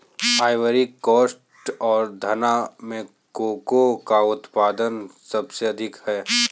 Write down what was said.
Ivory coast और घना में कोको का उत्पादन सबसे अधिक है